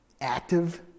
active